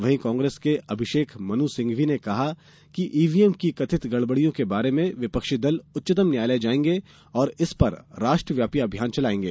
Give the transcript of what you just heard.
वहीं कांग्रेस के अभिषेक मनु सिंघवी नेअकहा कि ईवीएम की कथित गडबड़ियों के बारे में विपक्षी दल उच्चतम न्यायालय जायेंगे और इस पर राष्ट्रव्यापी अभियान चलायेंगे